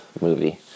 movie